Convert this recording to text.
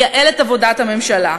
לייעל את עבודת הממשלה.